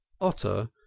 Otter